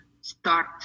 start